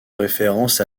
référence